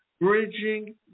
Bridging